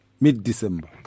mid-December